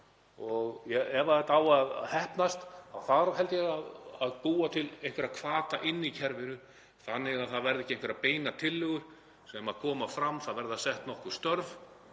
og ef þetta á að heppnast þá þarf, held ég, að búa til einhverja hvata inni í kerfinu þannig að það verði ekki þannig að einhverjar beinar tillögur koma fram, það verði sett nokkur störf